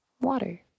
water